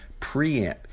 preamp